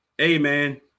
Amen